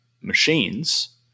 machines